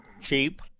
Cheap